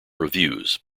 reviews